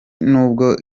nubwo